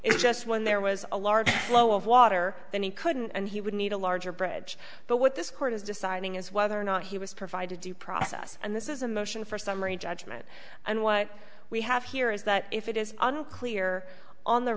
it's just when there was a large flow of water that he couldn't and he would need a larger bridge but what this court is deciding is whether or not he was provided to do process and this is a motion for summary judgment and what we have here is that if it is unclear on the